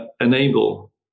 enable